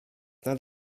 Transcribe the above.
not